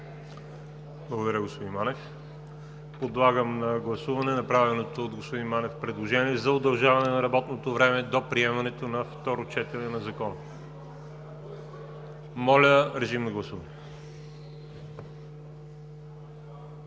Благодаря, господин Манев. Подлагам на гласуване направеното от господин Манев предложение за удължаване на работното време до приемането на второ четене на Закона. Гласували